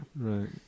Right